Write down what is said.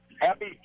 Happy